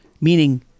meaning